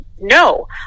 no